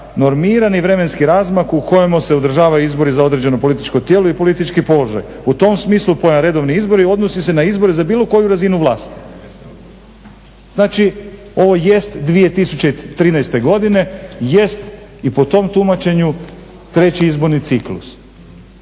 normirani vremenski razmak u kojemu se održavaju izbori za određeno političko tijelo i politički položaj. U tom smislu pojam redovni izbori odnosi se na izbore za bilo koju razinu vlasti. Znači, ovo jest 2013. godine, jest i po tom tumačenju treći izborni ciklus.